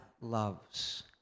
loves